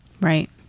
Right